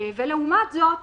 לעומת זאת,